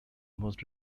most